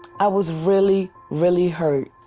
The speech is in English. i was really, really hurt.